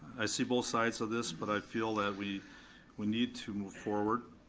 i see both sides of this, but i feel that we we need to move forward.